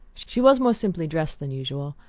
she was more simply dressed than usual,